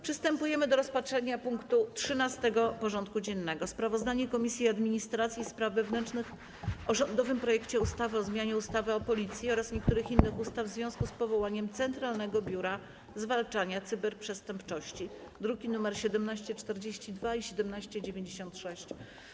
Przystępujemy do rozpatrzenia punktu 13. porządku dziennego: Sprawozdanie Komisji Administracji i Spraw Wewnętrznych o rządowym projekcie ustawy o zmianie ustawy o Policji oraz niektórych innych ustaw w związku z powołaniem Centralnego Biura Zwalczania Cyberprzestępczości (druki nr 1742 i 1796)